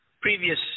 previous